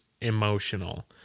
emotional